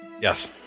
Yes